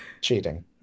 cheating